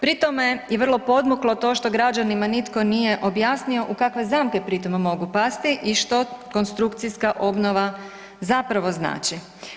Pri tome i vrlo podmuklo to što građanima nitko nije objasnio u kakve zamke pritom mogu pasti i što konstrukcijska obnova zapravo znači.